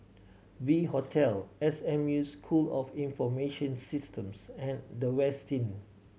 V Hotel S M U School of Information Systems and The Westin